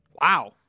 Wow